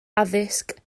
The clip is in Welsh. addysg